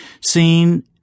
seen